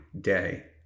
day